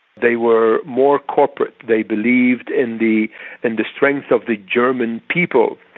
they were more corporate. they believed in the and strength of the german people,